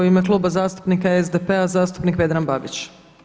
U ime Kluba zastupnika SDP-a zastupnik Vedran Babić.